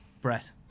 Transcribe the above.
Brett